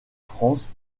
france